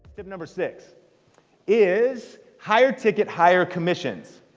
tip number six is higher ticket, higher commissions.